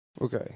Okay